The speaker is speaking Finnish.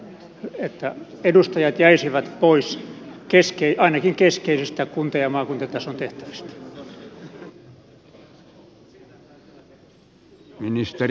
entä jos edustajat jäisivät pois ainakin keskeisistä kunta ja maakuntatason tehtävistä